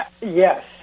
Yes